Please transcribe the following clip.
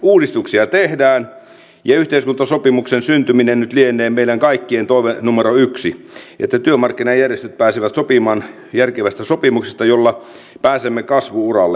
uudistuksia tehdään ja yhteiskuntasopimuksen syntyminen nyt lienee meidän kaikkien toive numero yksi niin että työmarkkinajärjestöt pääsevät sopimaan järkevästä sopimuksesta jolla pääsemme kasvu uralle